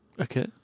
Okay